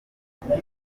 inzara